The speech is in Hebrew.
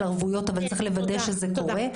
ערבויות אבל צריך לוודא שזה קורה -- תודה.